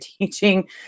teaching